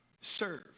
Serve